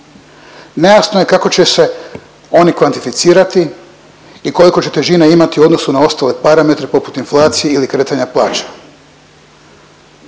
Nejasno je kako će se oni kvantificirati i koliko će težine imati u odnosu na ostale parametre poput inflacije ili kretanja plaća.